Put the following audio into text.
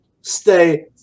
stay